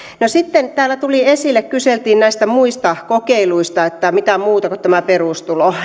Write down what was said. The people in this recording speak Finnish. no sitten täällä tuli esille kun kyseltiin näistä muista kokeiluista että mitä muuta on kuin tämä perustulo